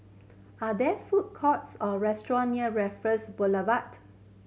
are there food courts or restaurant near Raffles Boulevard